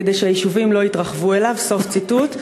כדי שהיישובים לא יתרחבו אליו"; סוף ציטוט.